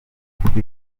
migufi